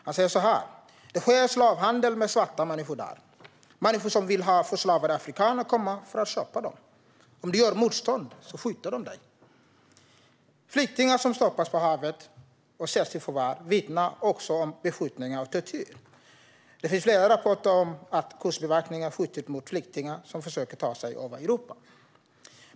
Han säger så här: "Det sker slavhandel med svarta människor där. Människor som vill ha förslavade afrikaner kommer för att köpa dem. Om du gör motstånd, skjuter de dig." Flyktingar som har stoppats på havet och satts i förvar vittnar också om beskjutning och tortyr. Det finns flera rapporter om att kustbevakningen skjutit mot flyktingar som försöker ta sig över till Europa.